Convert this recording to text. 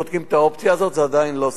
בודקים את האופציה הזאת, זה עדיין לא סגור.